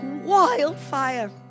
wildfire